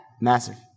Massive